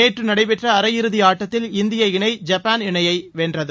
நேற்று நடைபெற்ற அரையிறுதி ஆட்டத்தில் இந்திய இணை ஜப்பான் இணையை வென்றது